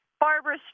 barbara